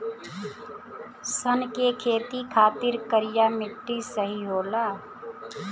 सन के खेती खातिर करिया मिट्टी सही होला